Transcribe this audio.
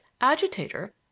agitator